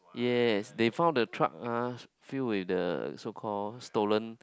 yes they found the truck ah filled with the so called stolen